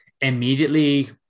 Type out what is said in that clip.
immediately